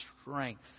strength